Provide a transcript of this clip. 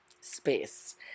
space